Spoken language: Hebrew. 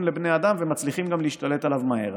לבני אדם ומצליחים גם להשתלט עליו מהר.